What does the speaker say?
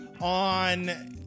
on